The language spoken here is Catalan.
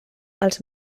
els